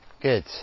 Good